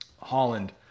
Holland